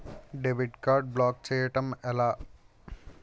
Debit card block చేయటం ఎలా?